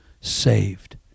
saved